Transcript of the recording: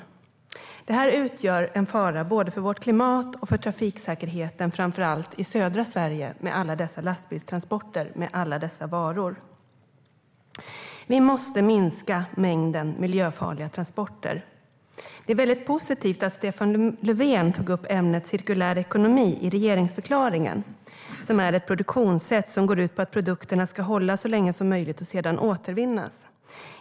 Alla dessa lastbilstransporter av alla dessa varor utgör en fara både för vårt klimat och för trafiksäkerheten, framför allt i södra Sverige. Vi måste minska mängden miljöfarliga transporter. Det är väldigt positivt att Stefan Löfven tog upp ämnet cirkulär ekonomi i regeringsförklaringen. Det är ett produktionssätt som går ut på att produkterna ska hålla så länge som möjligt och sedan återvinnas.